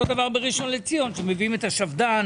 אותו דבר בראשון לציון כשמביאים את השפדן